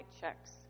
checks